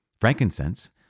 Frankincense